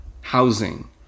housing